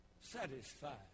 Satisfied